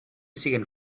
siguen